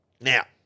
Now